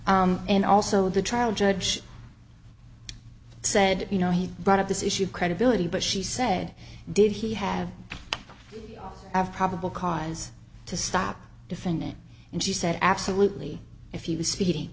and also the trial judge said you know he brought up this issue of credibility but she said did he have after probable cause to stop defendant and she said absolutely if he was speeding